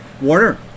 Warner